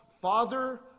Father